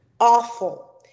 awful